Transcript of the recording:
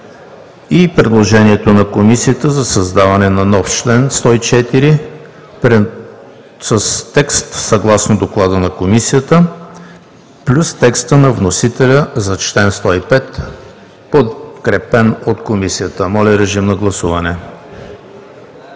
и предложението на Комисията за създаване на нов чл. 104 с текст съгласно Доклада на Комисията; плюс текста на вносителя за чл. 105, подкрепен от Комисията. Гласували